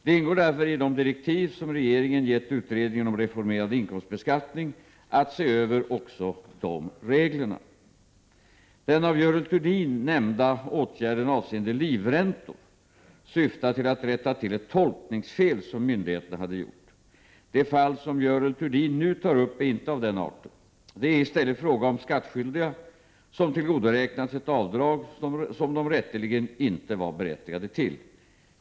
Det ingår därför i de direktiv som regeringen givit utredningen om reformerad inkomstbeskattning att se över också dessa regler. Den av Görel Thurdin nämnda åtgärden avseende livräntor syftade till att rätta till ett tolkningsfel som myndigheterna hade gjort. Det fall som Görel Thurdin nu tar upp är inte av den arten. Det är i stället fråga om skattskyldiga som tillgodoräknats ett avdrag som de rätteligen inte var berättigade till.